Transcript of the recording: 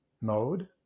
mode